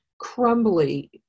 crumbly